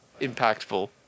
impactful